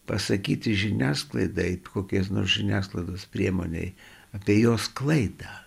pasakyti žiniasklaidai kokios nors žiniasklaidos priemonėj apie jos klaidą